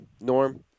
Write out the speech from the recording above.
norm